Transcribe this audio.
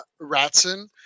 Ratson